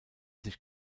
sich